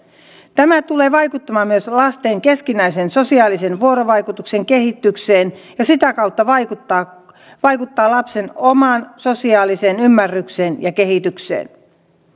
tämä tulee vaikuttamaan myös lasten keskinäisen sosiaalisen vuorovaikutuksen kehitykseen ja sitä kautta vaikuttaa vaikuttaa lapsen omaan sosiaaliseen ymmärrykseen ja kehitykseen